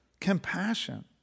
Compassion